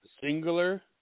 Singular